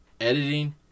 editing